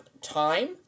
time